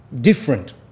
Different